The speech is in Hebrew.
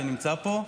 שנמצא פה?